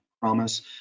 promise